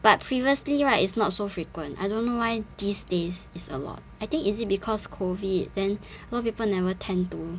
but previously right it's not so frequent I don't know why these days it's a lot I think is it because COVID then a lot of people never tend to